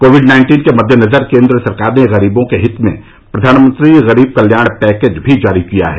Covid nineteen के मद्देनजर केंद्र सरकार ने गरीबों के हित में प्रधानमंत्री गरीब कल्याण पैकेज भी जारी किया है